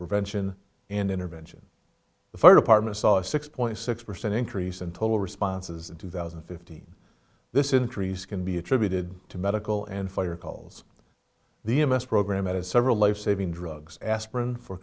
prevention and intervention the fire department saw a six point six percent increase in total responses in two thousand and fifteen this in trees can be attributed to medical and fire calls the m s program added several lifesaving drugs aspirin for